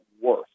worse